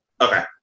Okay